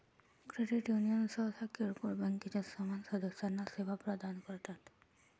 credit union सहसा किरकोळ बँकांच्या समान सदस्यांना सेवा प्रदान करतात